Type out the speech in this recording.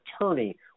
attorney